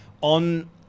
On